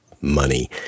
money